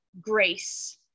grace